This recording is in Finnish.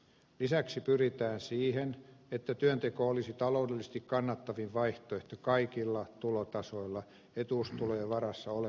lisäksi pyritään siihen että työnteko olisi taloudellisesti kannattavin vaihtoehto kaikilla tulotasoilla etuustulojen varassa olemisen sijaan